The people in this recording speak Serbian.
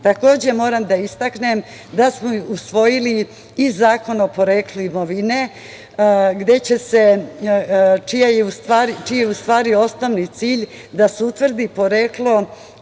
novca. Takođe moram da istaknem da smo usvojili i Zakon o poreklu imovine, čiji je osnovni cilj da se utvrdi poreklo